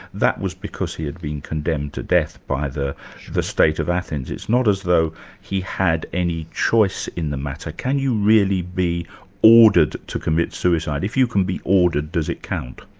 that was because he had been condemned to death by the the state of athens, it's not as though he had any choice in the matter. can you really be ordered to commit suicide? if you can be ordered, does it count?